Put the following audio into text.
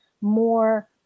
more